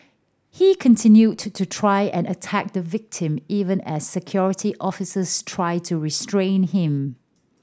he continued to try and attack the victim even as Security Officers tried to restrain him